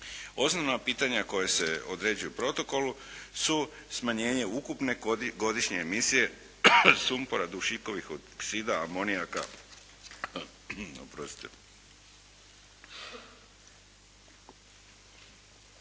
Osnovna pitanja koja se određuju u protokolu su smanjenje ukupne godišnje emisije sumpora, dušikovih oksida, amonijaka i